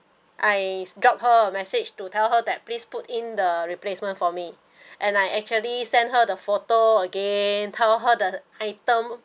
I dropped her a message to tell her that please put in the replacement for me and I actually sent her the photo again tell her the item